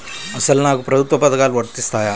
అసలు నాకు ప్రభుత్వ పథకాలు వర్తిస్తాయా?